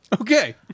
Okay